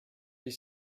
bir